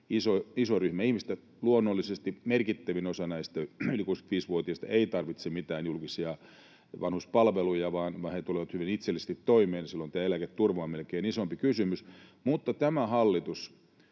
iso ryhmä ihmisistä. Luonnollisesti merkittävin osa näistä yli 65-vuotiaista ei tarvitse mitään julkisia vanhuspalveluja, vaan he tulevat hyvin itsellisesti toimeen, ja silloin tämä eläketurva on melkein isompi kysymys, mutta tämä hallitus